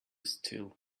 still